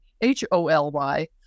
H-O-L-Y